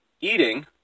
Eating